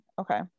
okay